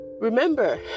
Remember